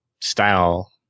style